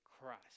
Christ